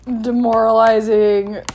demoralizing